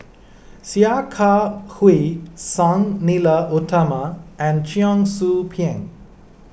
Sia Kah Hui Sang Nila Utama and Cheong Soo Pieng